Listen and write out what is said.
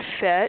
fit